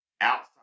outside